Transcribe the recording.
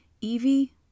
Evie